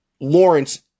Lawrence